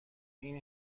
این